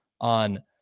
On